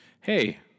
Hey